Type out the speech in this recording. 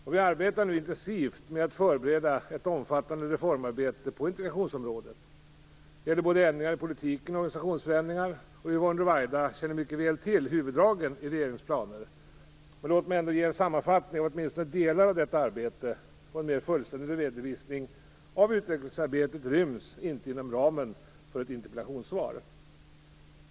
Regeringen arbetar nu intensivt med att förbereda ett omfattande reformarbete på integrationsområdet. Det gäller både ändringar i politiken och organisationsförändringar. Yvonne Ruwaida känner mycket väl till huvuddragen i regeringens planer. Men låt mig ändå ge en sammanfattning av åtminstone delar av detta arbete. En mera fullständig redovisning av utvecklingsarbetet ryms inte inom ramen för ett interpellationssvar.